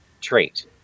trait